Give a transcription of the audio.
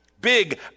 Big